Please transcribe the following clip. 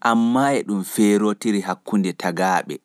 amma lambaaji ɗin e perotiri hakkunde goɓɓe yimɓe.